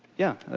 yeah, ah